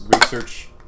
research